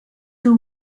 you